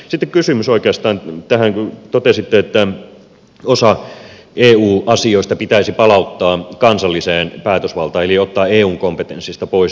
sitten kysymys oikeastaan tästä kun totesitte että osa eu asioista pitäisi palauttaa kansalliseen päätösvaltaan eli ottaa eun kompetenssista pois